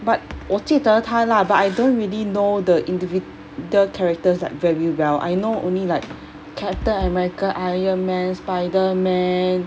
but 我记得他 lah but I don't really know the individual characters like very well I know only like captain america iron man spider man